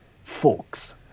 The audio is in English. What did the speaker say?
folks